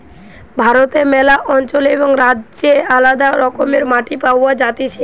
ভারতে ম্যালা অঞ্চলে এবং রাজ্যে আলদা রকমের মাটি পাওয়া যাতিছে